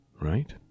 right